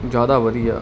ਜਿਆਦਾ ਵਧੀਆ